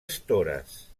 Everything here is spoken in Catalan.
estores